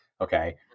Okay